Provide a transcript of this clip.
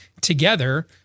together